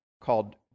called